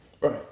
Right